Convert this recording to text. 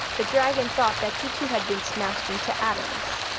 the dragon thought that he too had been smashed into atoms.